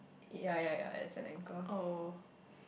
ya ya ya it's an anchor